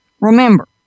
Remember